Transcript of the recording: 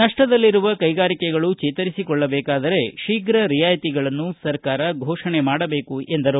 ನಷ್ಟದಲ್ಲಿರುವ ಕೈಗಾರಿಕೆಗಳು ಚೇತರಿಸಿಕೊಳ್ಳಬೇಕಾದರೆ ಶೀಘ್ರ ರಿಯಾಯತಿಗಳನ್ನು ಸರ್ಕಾರ ಘೋಷಣೆ ಮಾಡಬೇಕು ಎಂದು ತಿಳಿಸಿದ್ದಾರೆ